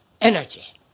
energy